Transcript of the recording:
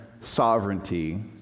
sovereignty